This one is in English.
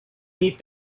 meet